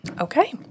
Okay